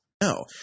No